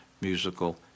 musical